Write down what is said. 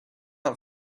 not